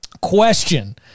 Question